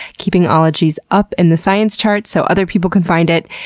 keeping ologies up in the science charts so other people can find it.